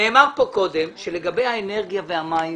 נאמר כאן קודם שלגבי האנרגיה, המים